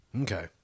Okay